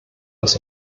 das